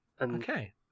Okay